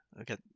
okay